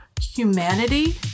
humanity